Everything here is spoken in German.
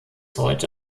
heute